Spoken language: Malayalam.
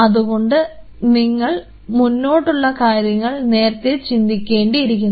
അതുകൊണ്ട് നിങ്ങൾ മുന്നോട്ടുള്ള കാര്യങ്ങൾ നേരത്തെ ചിന്തിക്കേണ്ടിയിരിക്കുന്നു